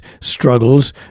struggles